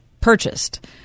purchased